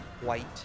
white